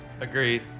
Agreed